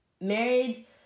married